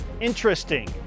Interesting